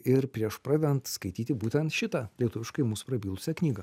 ir prieš pradedant skaityti būtent šitą lietuviškai į mus prabilusią knygą